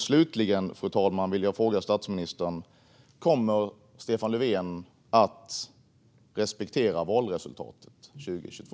Slutligen, fru talman, vill jag fråga statsministern: Kommer Stefan Löfven att respektera valresultatet 2022?